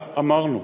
אז אמרנו,